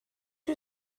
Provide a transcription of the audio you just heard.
you